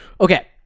okay